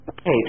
Hey